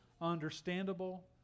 understandable